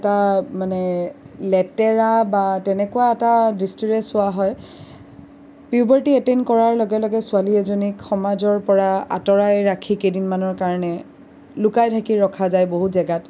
এটা মানে লেতেৰা বা তেনেকুৱা এটা দৃষ্টিৰে চোৱা হয় পিউবাৰ্টি এটেইন কৰাৰ লগে লগে ছোৱালী এজনীক সমাজৰ পৰা আতঁৰাই ৰাখি কেইদিনমানৰ কাৰণে লুকাই ঢাকি ৰখা যায় বহুত জেগাত